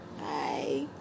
Bye